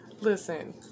listen